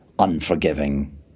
Unforgiving